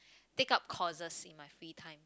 take up courses in my free time